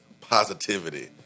positivity